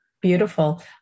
Beautiful